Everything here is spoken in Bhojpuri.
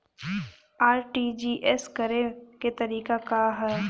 आर.टी.जी.एस करे के तरीका का हैं?